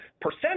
percent